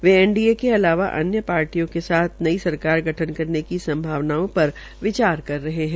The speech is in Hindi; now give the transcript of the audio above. वे एनडीए के अलावा अन्य पार्टियों के साथ नई सरकार गठन करने की संभावनों पर विचार कर रह है